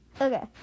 Okay